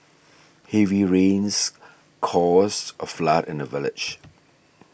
heavy rains caused a flood in the village